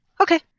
Okay